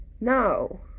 no